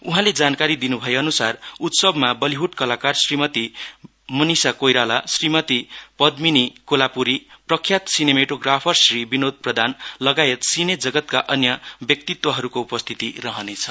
उहाँले जानकारी दिनुभए अनुसार उत्सवमा बलिहृड कलाकार श्रीमती मनिषा कोइराला श्रीमती पदमीनी कोलापूरी प्रख्यात सिनेमेटोग्राफर श्री विनोद प्रधान लगायत सिने जगतका अन्य व्यक्तिहरुको उपस्थिति रहनेछ